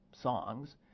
songs